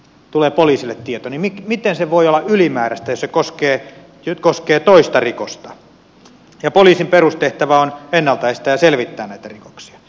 kun se tieto tulee poliisille niin miten se voi olla ylimääräistä jos se koskee toista rikosta ja poliisin perustehtävä on ennalta estää ja selvittää näitä rikoksia